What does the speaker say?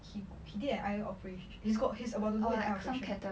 he he did an eye operation he's got he's about to do an operation